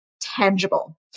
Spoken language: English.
tangible